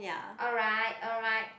alright alright